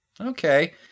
okay